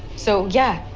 so yeah,